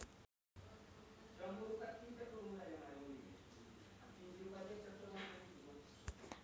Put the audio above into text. माझा मोठा भाऊ रोटेशनल चर चा वापर करून मैदानातल्या एक भागचाच वापर करतो